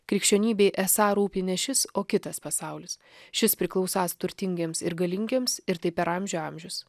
krikščionybei esą rūpi ne šis o kitas pasaulis šis priklausąs turtingiems ir galingiems ir tai per amžių amžius